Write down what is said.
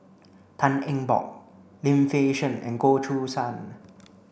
Tan Eng Bock Lim Fei Shen and Goh Choo San